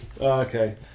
okay